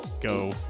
go